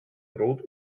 brot